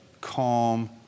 calm